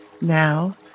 Now